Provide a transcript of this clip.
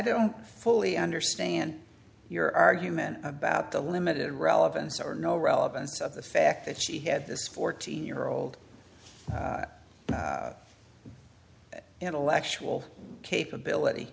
don't fully understand your argument about the limited relevance or no relevance of the fact that she had this fourteen year old intellectual capability